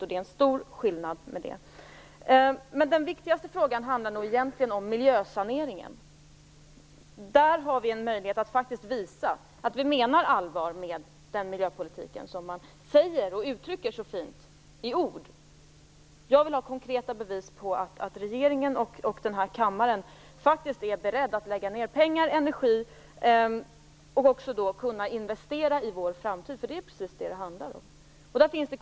Där ligger en stor skillnad. Den viktigaste frågan är nog miljösaneringen. I det sammanhanget har vi en möjlighet att visa att vi menar allvar med den miljöpolitik som uttrycks så fint i ord. Jag vill ha konkreta bevis på att regeringen och denna kammare faktiskt är beredda att lägga ned pengar och energi för att kunna investera i vår framtid. Det är precis det som det handlar om.